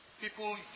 people